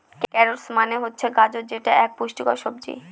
carrots মানে হচ্ছে গাজর যেটা এক পুষ্টিকর সবজি